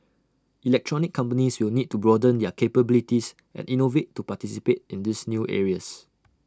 electronics companies will need to broaden their capabilities and innovate to participate in these new areas